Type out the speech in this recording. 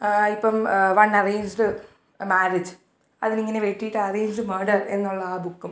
ഇപ്പം one arranged marriage അതിനിങ്ങനെ വെട്ടീട്ട് അറേഞ്ച്ഡ് മാഡെർ എന്നുള്ള ആ ബുക്കും